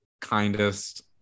kindest